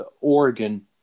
Oregon